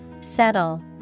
Settle